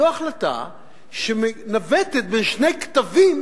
זו החלטה שמנווטת בין שני קטבים